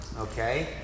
Okay